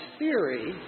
theory